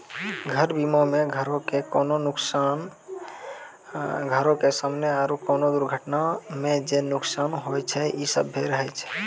घर बीमा मे घरो के कोनो नुकसान, घरो के समानो आरु कोनो दुर्घटना मे जे नुकसान होय छै इ सभ्भे रहै छै